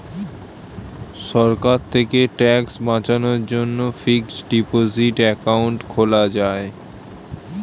সরকার থেকে ট্যাক্স বাঁচানোর জন্যে ফিক্সড ডিপোসিট অ্যাকাউন্ট খোলা যায়